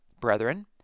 brethren